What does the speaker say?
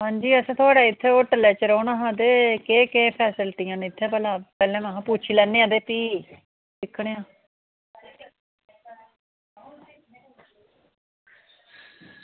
हां जी असें थुआढ़े इत्थें होटलै च रौह्ना हा ते केह् केह् फैस्लिटियां न इत्थें भला पैह्लें में हां पुच्छी लैन्ने आं ते फ्ही दिक्खने आं